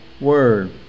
word